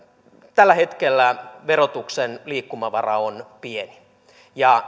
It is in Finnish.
tällä hetkellä verotuksen liikkumavara on pieni ja